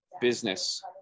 business